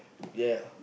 ya